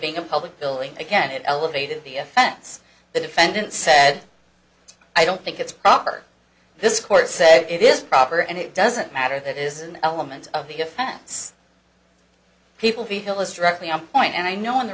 being a public building again it elevated the offense the defendant said i don't think it's proper this court say it is proper and it doesn't matter that is an element of the defense people feel is directly on point and i know